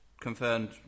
confirmed